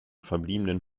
verbliebenen